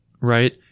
right